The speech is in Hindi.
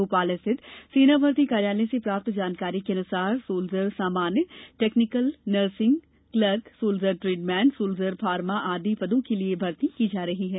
भोपाल स्थित सेना भर्ती कार्यालय से प्राप्त जानकारी के अनुसार सोल्जर सामान्य technical nursing soldier clerk soldier tradesmen soldier pharma आदि पदों के लिए यह भर्ती की जा रही है